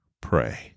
pray